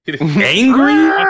angry